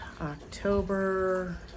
October